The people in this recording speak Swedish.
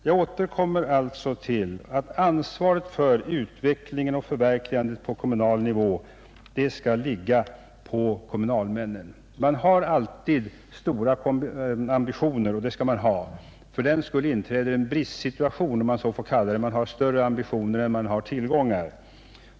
Jag återkommer alltså till att ansvaret för utvecklingen och förverkligandet på kommunal nivå skall ligga på kommunalmännen. Man har alltid stora ambitioner, och det skall man ha. Därför inträder en bristsituation — man har större ambitioner än tillgångar.